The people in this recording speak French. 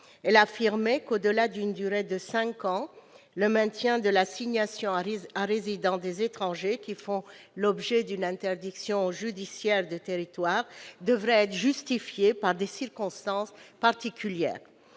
affirmait qu'au-delà d'une durée de 5 ans, le maintien de l'assignation à résidence des étrangers faisant l'objet d'une interdiction judiciaire du territoire devrait être justifié par des circonstances particulières.